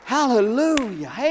Hallelujah